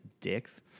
dicks